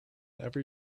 every